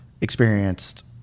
experienced